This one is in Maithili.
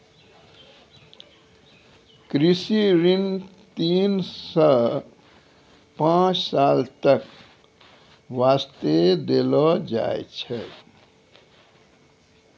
कृषि ऋण तीन सॅ पांच साल तक वास्तॅ देलो जाय छै